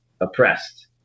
oppressed